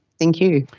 thank you.